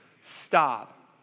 stop